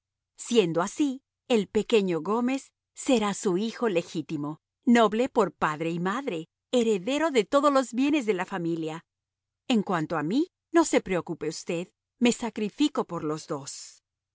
siendo así el pequeño gómez será su hijo legítimo noble por padre y madre heredero de todos los bienes de la familia en cuanto a mí no se preocupe usted me sacrifico por los dos